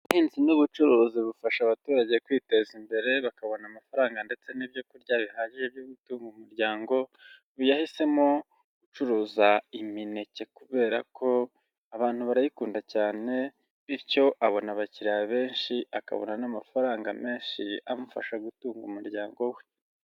Ubuhinzi n'ubucuruzi bufasha abaturage kwiteza imbere, bakabona amafaranga ndetse n'ibyo kurya bihagije byo gutunga umuryango, uyu yahisemo gucuruza imineke kubera ko abantu barayikunda cyane, bityo abona abakiriya benshi akabona n'amafaranga menshi amufasha gutunga umuryango we.